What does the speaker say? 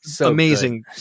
amazing